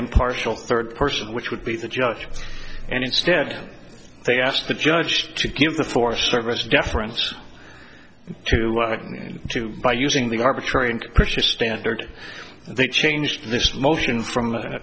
impartial third person which would be the judge and instead they asked the judge to give the forest service deference to and to by using the arbitrary and capricious standard they changed this motion from